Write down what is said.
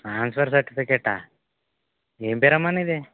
transfer సర్టిఫికేటా ఏం పేరు అమ్మ నీది